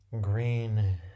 Green